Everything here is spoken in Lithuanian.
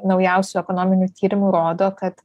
naujausių ekonominių tyrimų rodo kad